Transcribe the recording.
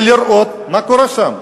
ולראות מה קורה שם,